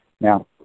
Now